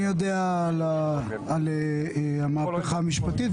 אני יודע על המהפכה המשפטית,